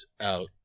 out